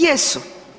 Jesu.